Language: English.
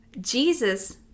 Jesus